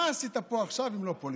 מה עשית פה עכשיו, אם לא פוליטיקה?